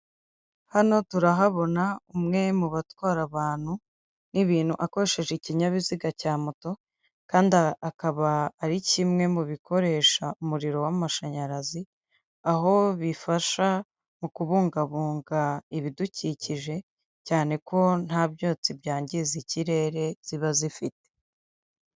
Hano turahabona umwe mu batwara abantu n'ibintu akoresheje ikinyabiziga cya moto kandi akaba ari kimwe mu bikoresha umuriro w'amashanyarazi, aho bifasha mu kubungabunga ibidukikije, cyane ko nta byotsi byangiza ikirere ziba zifite.